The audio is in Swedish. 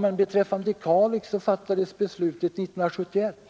Men beträffande Kalix skedde sammanläggningen redan 1971, alltså